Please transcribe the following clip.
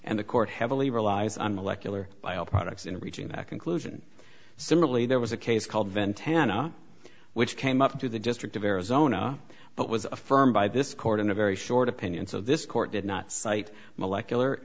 and the court heavily relies on molecular bio products in reaching that conclusion similarly there was a case called ventana which came up to the district of arizona but was affirmed by this court in a very short opinion so this court did not cite molecular